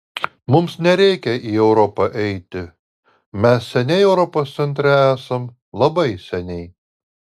mums nereikia į europą eiti mes seniai europos centre esam labai seniai